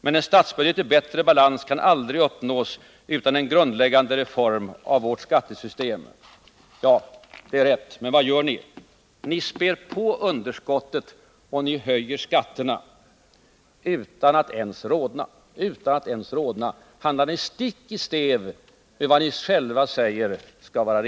Men en statsbudget i bättre balans kan aldrig uppnås utan en grundläggande reform av vårt skattesystem.” Ja, detta är alldeles riktigt, men vad gör ni? Ni späder på underskottet, och ni höjer skatterna utan att ens rodna. Utan att ens rodna handlar ni stick i stäv mot vad ni själva rekommenderar.